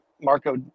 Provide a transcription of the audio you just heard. Marco